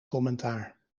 commentaar